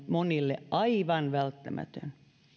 monille aivan välttämätön